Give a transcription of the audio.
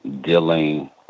dealing